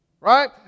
Right